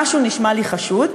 משהו נשמע לי חשוד,